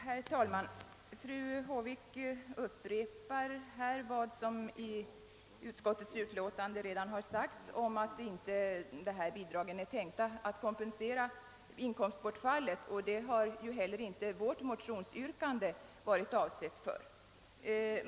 Herr talman! Fru Håvik upprepar här vad som redan har sagts i utskottsutlåtandet. Dessa bidrag är inte tänkta som kompensation för inkomstbortfallet. Vårt motionsyrkande har heller inte avsett detta.